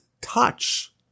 touch